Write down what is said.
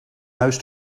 huis